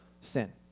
sin